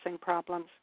problems